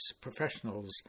professionals